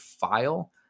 file